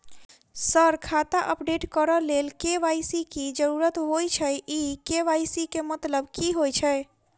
Sir खाता update करऽ लेल के.वाई.सी की जरुरत होइ छैय इ के.वाई.सी केँ मतलब की होइ छैय?